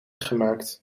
gemaakt